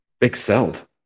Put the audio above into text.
excelled